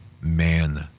man